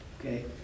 Okay